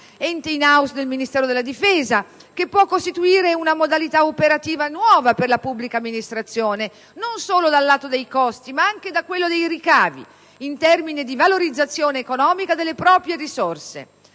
ente *in* *house* del Ministero della difesa, che può costituire una modalità operativa nuova per la pubblica amministrazione, non solo dal lato dei costi, ma anche da quello dei ricavi, in termini di valorizzazione economica delle proprie risorse.